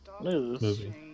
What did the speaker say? movie